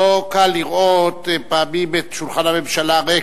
לא קל לראות פעמים את שולחן הממשלה ריק,